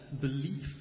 belief